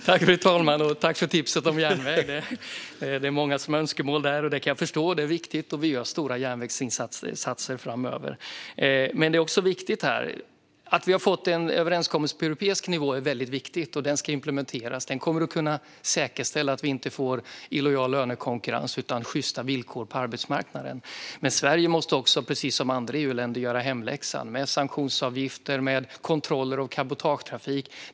Fru talman! Jag tackar Denis Begic för tipset om järnväg. Det är många som har önskemål om det. Det kan jag förstå - det är viktigt - och vi gör stora järnvägssatsningar framöver. Att vi har fått en överenskommelse på europeisk nivå är väldigt viktigt. Den ska implementeras. Den kommer att kunna säkerställa att vi inte får illojal lönekonkurrens utan sjysta villkor på arbetsmarknaden. Men Sverige måste också, precis som andra EU-länder, göra hemläxan med sanktionsavgifter, kontroller och cabotagetrafik.